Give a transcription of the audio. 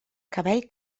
cabell